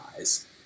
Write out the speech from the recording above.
eyes